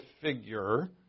figure